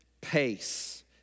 pace